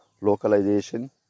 localization